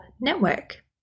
network